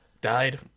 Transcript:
died